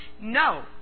No